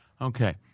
Okay